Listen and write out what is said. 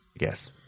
Yes